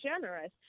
generous